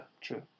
True